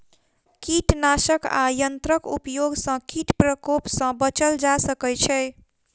कीटनाशक आ यंत्रक उपयोग सॅ कीट प्रकोप सॅ बचल जा सकै छै